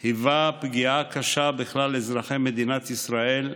הוא פגיעה קשה בכלל לאזרחי מדינת ישראל,